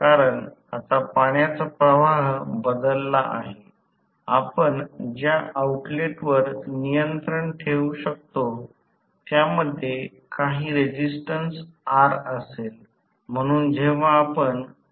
समीकरण 28 पासून अधिकतम आरंभिक टॉर्क साठी Smax T 1 प्राप्त केले जाईल जे r2r Thevenin 2 x Thevenin x 2 2 मूळ असेल